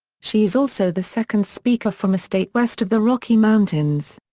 she is also the second speaker from a state west of the rocky mountains.